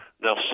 Now